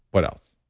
what else?